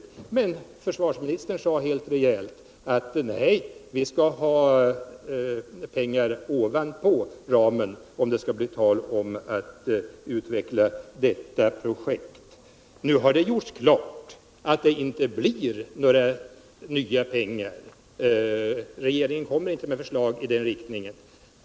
Då sade försvarsministern helt rejält: Nej, vi skall ha pengar ovanpå ramen, om det skall bli tal om att utveckla detta projekt. Nu har det gjorts klart att det inte blir några nya pengar — regeringen lägger inte fram något förslag i den riktningen.